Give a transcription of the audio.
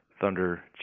thunder